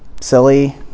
silly